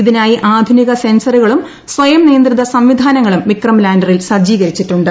ഇതിനായി ആധുനിക സെൻസറുകളും സ്വയം നിയന്ത്രിത സംവിധാനങ്ങളും വിക്രം ലാന്ററിൽ സജ്ജീകരിച്ചിട്ടുണ്ട്